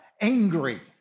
angry